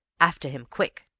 after him, quick!